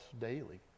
daily